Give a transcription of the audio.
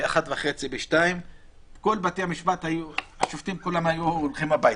ב-13:00 14:00 השופטים כולם היו הולכים הביתה.